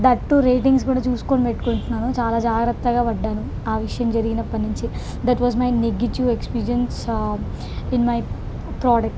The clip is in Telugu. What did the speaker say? దట్ టూ రేటింగ్స్ కూడా చూసుకుని పెట్టుకుంటున్నాను చాలా జాగ్రత్తగా పడ్డాను ఆ విషయం జరిగినప్పటి నుంచి that was my negative experience in my product